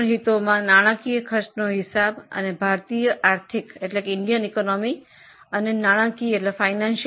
હું નાણાંકીય ખર્ચ હિસાબી મોડેલ અને ભારતીય અર્થતંત્ર ભણાવું છું